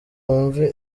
wumve